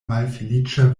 malfeliĉa